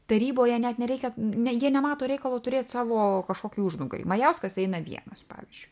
taryboje net nereikia ne jie nemato reikalo turėt savo kažkokį užnugarį majauskas eina vienas pavyzdžiu